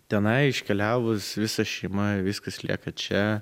tenai iškeliavus visa šeima viskas lieka čia